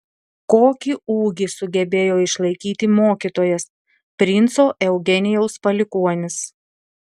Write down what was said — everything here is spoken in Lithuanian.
kokį ūgį sugebėjo išlaikyti mokytojas princo eugenijaus palikuonis